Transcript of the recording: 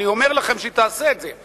אני אומר לכם שהיא תעשה את זה.